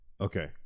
okay